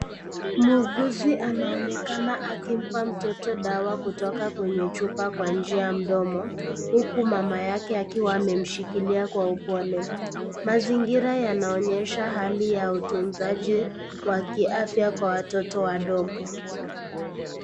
Muuguzi anaonekana akimpa mtoto dawa kutoka kwenye chupa kwa njia ya mdomo, huku mama yake akiwa amemshikilia kwa upole. Mazingira yanaonyesha hali ya utunzaji wa kiafya kwa watoto wadogo .